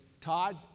Todd